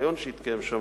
ריאיון שהתקיים שם,